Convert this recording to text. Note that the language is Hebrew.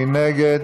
מי נגד?